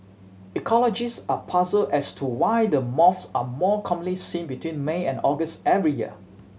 ecologists are puzzled as to why the moths are more commonly seen between May and August every year